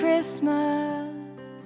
Christmas